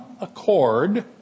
accord